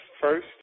first